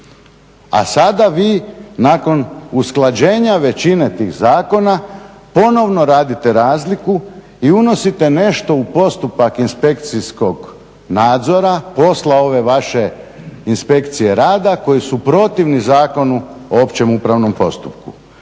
a sada vi nakon usklađenja većine tih zakona ponovno radite razliku i unosite nešto u postupak inspekcijskog nadzora posla ove vaše inspekcije rada koji su protivni Zakonu o opće upravnom postupku.